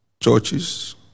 churches